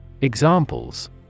Examples